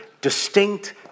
distinct